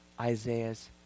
Isaiah's